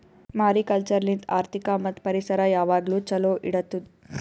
mariculture ಲಿಂತ್ ಆರ್ಥಿಕ ಮತ್ತ್ ಪರಿಸರ ಯಾವಾಗ್ಲೂ ಛಲೋ ಇಡತ್ತುದ್